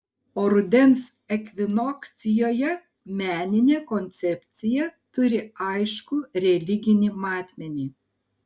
o rudens ekvinokcijoje meninė koncepcija turi aiškų religinį matmenį